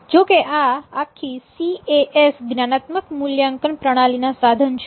જોકે આ આખી સીએએસ જ્ઞાનાત્મક મૂલ્યાંકન પ્રણાલી ના સાધન છે